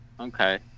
Okay